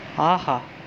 ஆஹா